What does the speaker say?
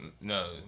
No